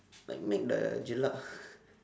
like mac sudah jelak ah